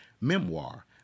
memoir